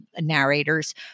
narrators